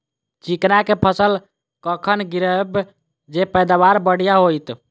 चिकना कऽ फसल कखन गिरैब जँ पैदावार बढ़िया होइत?